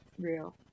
Real